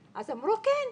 אז אמרו כן,